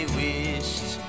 wished